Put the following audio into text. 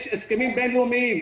יש הסכמים בין-לאומיים,